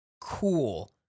cool